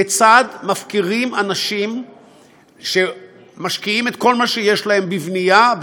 כיצד מפקירים אנשים שמשקיעים את כל מה שיש להם בבנייה,